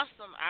Awesome